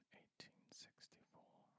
1864